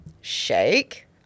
shake